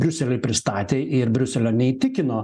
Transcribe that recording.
briuseliui pristatė ir briuselio neįtikino